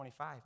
25